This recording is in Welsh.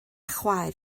chwaer